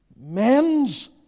men's